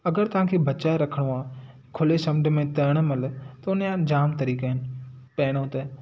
अगरि तव्हांखे बचाए रखिणो आहे खुले समुंडु तरण महिल त हुन या जाम तरीक़ा आहिनि पहिरों त